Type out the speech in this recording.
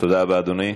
תודה רבה, אדוני.